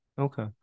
Okay